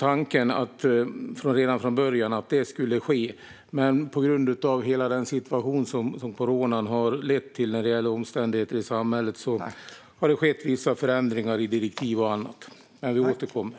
Tanken var redan från början att det skulle ske, men på grund av hela den situation som corona har lett till när det gäller omständigheter i samhället har det skett vissa förändringar i direktiv och annat. Vi återkommer.